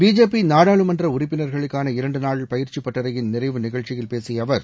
BJP நாடாளுமன்ற உறுப்பினர்களுக்கான இரண்டு நாள் பயிற்சிப் பட்டறையின் நிறைவு நிகழ்ச்சியில் பேசிய அவர்